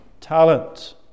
talent